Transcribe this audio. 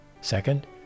Second